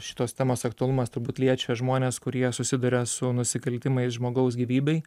šitos temos aktualumas turbūt liečia žmones kurie susiduria su nusikaltimais žmogaus gyvybei